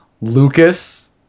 Lucas